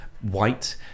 white